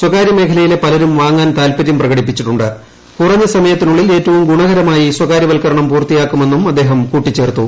സ്വകാര്യമേഖയിലെ പലരും വാങ്ങാൻ താൽപര്യം പ്രകടിപ്പിച്ചിട്ടു കുറഞ്ഞ സമയത്തിനുള്ളിൽ ഏറ്റവും ഗുണകരമായി സ്വകാരൃവത്കരണം പൂർത്തിയാക്കുമെന്നും അദ്ദേഹം കൂട്ടിച്ചേർത്തു